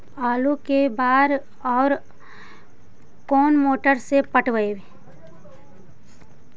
आलू के बार और कोन मोटर से पटइबै?